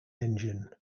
engine